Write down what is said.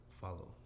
follow